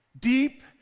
Deep